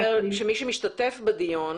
הוא מדבר על מי שמשתתף בדיון.